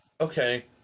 okay